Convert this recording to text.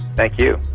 thank you.